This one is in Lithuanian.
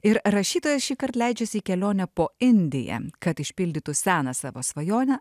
ir rašytojas šįkart leidžiasi į kelionę po indiją kad išpildytų seną savo svajonę